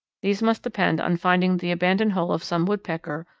these must depend on finding the abandoned hole of some woodpecker,